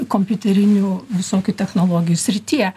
kompiuterinių visokių technologijų srityje